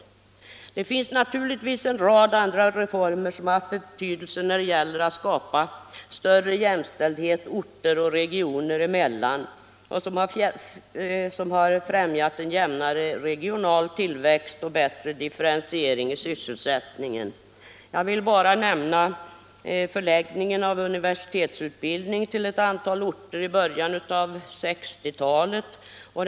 Det finns naturligtvis en rad andra reformer som haft betydelse när det gäller att skapa större jämställdhet orter och regioner emellan och som har främjat en jämnare regional tillväxt och bättre differentiering i sysselsättningen. Jag vill bara nämna förläggningen av universitetsutbildning till ett antal orter i början av 1960-talet.